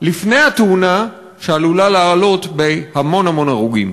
לפני התאונה שעלולה לעלות בהמון המון הרוגים.